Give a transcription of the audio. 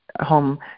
home